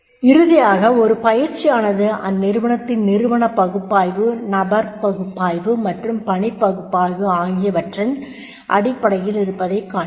இறுதியாக ஒரு பயிற்சியானது அந்நிறுவனத்தின் நிறுவன பகுப்பாய்வு நபர் பகுப்பாய்வு மற்றும் பணி பகுப்பாய்வு ஆகியவற்றின் அடிப்படையில் இருப்பதைக் காண்கிறோம்